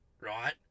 right